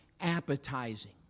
appetizing